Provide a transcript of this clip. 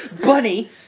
bunny